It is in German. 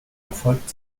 erfolgt